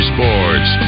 Sports